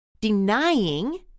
denying